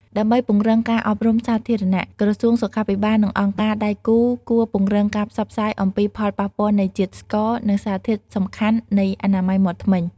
ដើម្បីពង្រឹងការអប់រំសាធារណៈ ក្រសួងសុខាភិបាល និងអង្គការដៃគូគួរពង្រឹងការផ្សព្វផ្សាយអំពីផលប៉ះពាល់នៃជាតិស្ករ និងសារៈសំខាន់នៃអនាម័យមាត់ធ្មេញ។